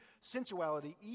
sensuality